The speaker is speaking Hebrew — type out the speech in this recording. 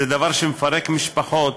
זה דבר שמפרק משפחות,